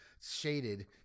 shaded